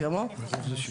(היו"ר חילי